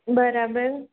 બરાબર